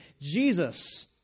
Jesus